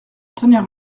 tenir